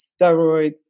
steroids